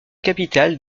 capitale